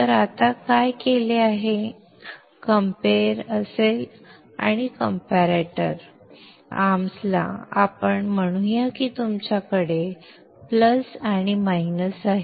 तर आता काय केले आहे कम्पेअर असेल आणि कम्पेरेटर आर्म्सला आपण म्हणूया की तुमच्याकडे अधिक आणि मायनस आहे